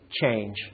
change